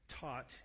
taught